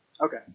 Okay